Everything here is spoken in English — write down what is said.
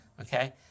okay